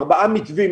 ארבעה מתווים,